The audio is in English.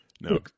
no